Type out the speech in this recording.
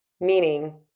meaning